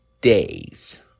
days